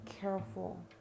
careful